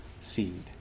seed